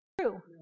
true